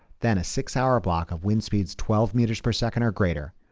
then a six-hour block of wind speeds twelve meters per second or greater.